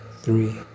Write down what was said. three